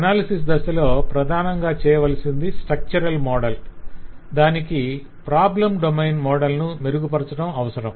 analysis దశలో ప్రధానంగా చేయవలసింది స్ట్రక్చర్ మోడల్ దానికి ప్రాబ్లం డొమైన్ మోడల్ ను మెరుగుపరచటం అవసరం